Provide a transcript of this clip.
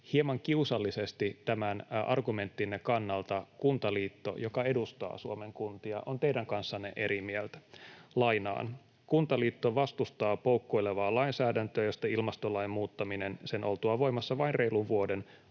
Hieman kiusallisesti tämän argumenttinne kannalta Kuntaliitto, joka edustaa Suomen kuntia, on teidän kanssanne eri mieltä. ”Kuntaliitto vastustaa poukkoilevaa lainsäädäntöä, josta ilmastolain muuttaminen, sen oltua voimassa vain reilun vuoden,